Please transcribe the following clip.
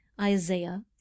Isaiah